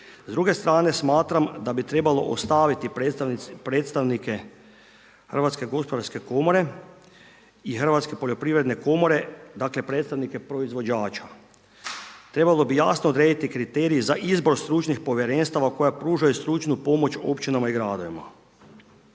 S druge strane smatram da bi trebalo ostaviti predstavnike HGK-a i Hrvatske poljoprivredne komore, dakle predstavnike proizvođača. Trebalo bi jasno odrediti kriterije za izbor stručnih povjerenstava koja pružaju stručnu pomoć općinama i gradovima.